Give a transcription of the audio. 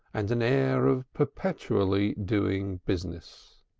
and an air of perpetually doing business.